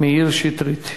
מאיר שטרית.